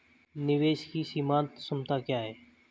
निवेश की सीमांत क्षमता क्या है?